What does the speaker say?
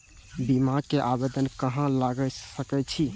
बीमा के आवेदन कहाँ लगा सके छी?